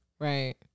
Right